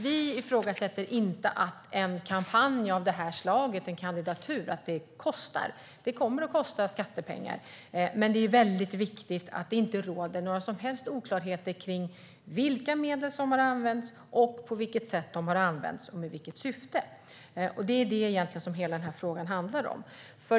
Vi ifrågasätter inte att en kampanj av detta slag, en kandidatur, kommer att kosta skattepengar. Men det är viktigt att det inte råder några som helst oklarheter om vilka medel som har använts och på vilket sätt och i vilket syfte de har använts. Det är det hela frågan handlar om.